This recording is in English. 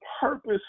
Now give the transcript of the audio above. purpose